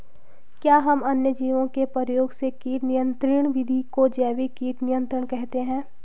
क्या हम अन्य जीवों के प्रयोग से कीट नियंत्रिण विधि को जैविक कीट नियंत्रण कहते हैं?